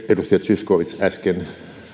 edustaja zyskowicz äsken